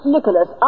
Nicholas